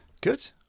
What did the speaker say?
good